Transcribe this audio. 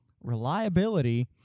reliability